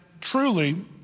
truly